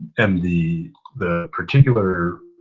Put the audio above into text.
and the the particular,